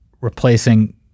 replacing